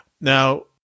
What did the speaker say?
now